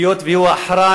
היות שהוא האחראי,